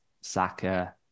Saka